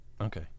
Okay